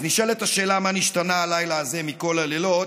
אז נשאלת השאלה מה נשתנה הלילה הזה מכל הלילות.